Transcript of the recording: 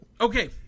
Okay